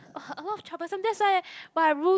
!wah! a lot of troublesome that's why when I rule